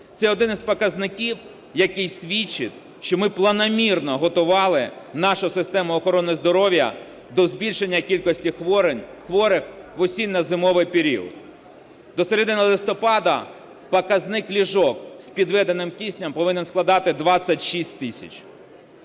Це один із показників, який свідчить, що ми планомірно готували нашу систему охорони здоров'я до збільшення кількості хворих в осінньо-зимовий період. До середини листопада показник ліжок з підведеним киснем повинен складати 26 тисяч.